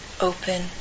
Open